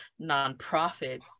nonprofits